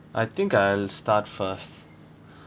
I think I'll start first